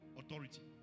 authority